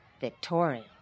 Victoria